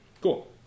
Cool